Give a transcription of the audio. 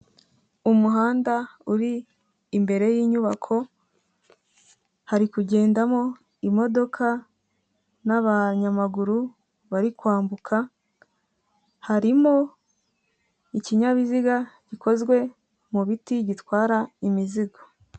Umuhanda uri imbere y'inyubako, hari kugendamo imodoka n'abanyamaguru bari kwambuka, harimo ikinyabiziga gikozwe mu biti gitwara imizigo.